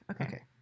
Okay